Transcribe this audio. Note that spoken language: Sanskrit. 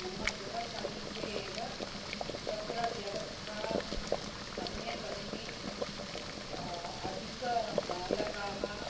मम गृहसमीपे एव तत्र व्यवस्था सम्यकस्ति अधिकबालकाः